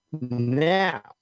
now